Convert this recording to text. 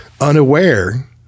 unaware